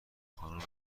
خانوم